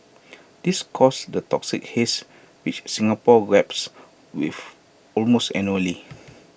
this causes the toxic haze which Singapore grapples with almost annually